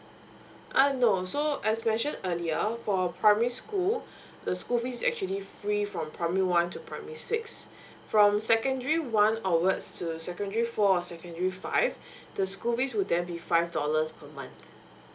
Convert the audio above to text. uh no so as mentioned earlier for primary school the school fees is actually free from primary one to primary six from secondary one onwards to secondary four or secondary five the school fees would then be five dollars per month